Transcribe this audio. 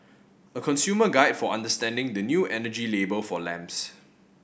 a consumer guide for understanding the new energy label for lamps